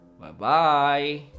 Bye-bye